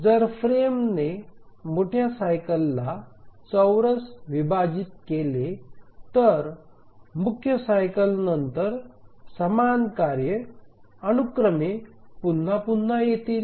जर फ्रेमने मोठया सायकल ला चौरस विभाजित केले तर मुख्य सायकलें नंतर समान कार्ये अनुक्रमे पुन्हा पुन्हा येतील